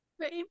Right